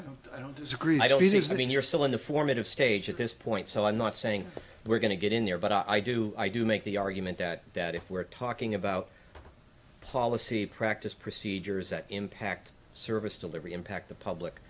so i don't disagree i always mean you're still in the formative stage at this point so i'm not saying we're going to get in there but i do i do make the argument that that if we're talking about paula see practice procedures that impact service delivery impact the public